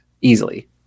easily